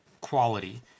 quality